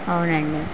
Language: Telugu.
అవును అండి